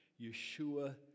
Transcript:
Yeshua